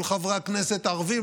כל חברי הכנסת הערבים,